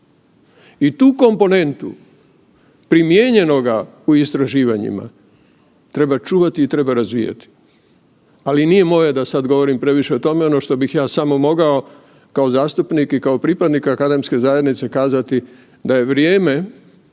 I tu komponentu primijenjenoga u istraživanjima treba čuvati i treba razvijati. Ali nije moje da sada govorim previše o tome, ono što bih ja samo mogao kao zastupnik i kao pripadnik Akademske zajednice kazati da je vrijeme,